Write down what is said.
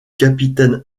capitaine